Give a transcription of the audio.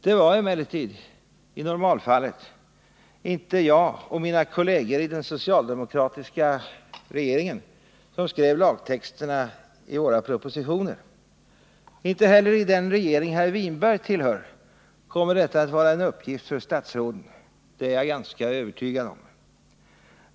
Det var emellertid i normalfallet inte jag och mina kolleger i den socialdemokratiska regeringen som skrev lagtexterna i våra propositioner. Inte heller i den regering herr Winberg tillhör kommer detta vara en uppgift för statsråden — det är jag ganska övertygad om.